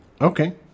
Okay